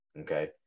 Okay